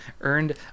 earned